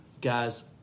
guys